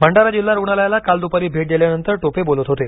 भंडारा जिल्हा रुग्णालयाला काल दुपारी भेट दिल्यानंतर टोपे बोलत होते